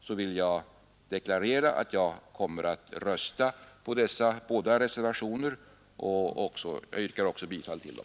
Jag vill deklarera att jag kommer att rösta för dessa båda reservationer, och jag yrkar också bifall till dem.